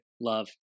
love